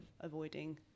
avoiding